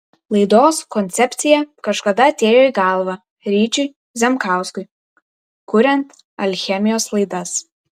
laidos koncepcija kažkada atėjo į galvą ryčiui zemkauskui kuriant alchemijos laidas